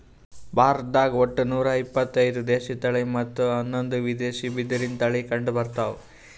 ಭಾರತ್ದಾಗ್ ಒಟ್ಟ ನೂರಾ ಇಪತ್ತೈದು ದೇಶಿ ತಳಿ ಮತ್ತ್ ಹನ್ನೊಂದು ವಿದೇಶಿ ಬಿದಿರಿನ್ ತಳಿ ಕಂಡಬರ್ತವ್